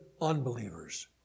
unbelievers